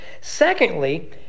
Secondly